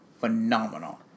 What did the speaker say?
phenomenal